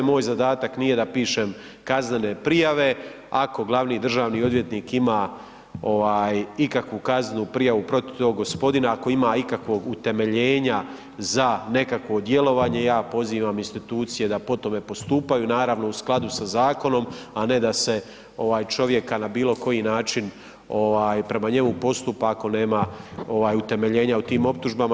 Moj zadatak nije da pišem kaznene prijave, ako glavni državni odvjetnik ima ikakvu kaznenu prijavu protiv tog gospodina, ako ima ikakvog utemeljena za nekakvo djelovanje, ja pozivam institucije da po tome postupaju, naravno u skladu sa zakonom, a ne da se ovaj čovjeka na bilo koji način prema njemu postupa ako nema utemeljenja u tim optužbama.